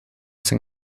san